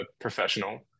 professional